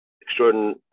extraordinary